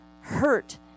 hurt